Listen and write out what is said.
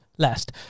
last